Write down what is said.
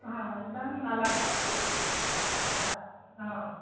ಹಾಂ ಜಾಮೂನ್ ನಾಲ್ಕು ಸಾಕು ಹಾಂ